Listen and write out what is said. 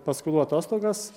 paskolų atostogas